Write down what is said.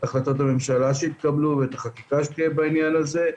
החלטות ממשלה שיתקבלו ואת החקיקה שתהיה בעניין הזה.